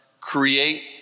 create